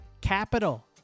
capital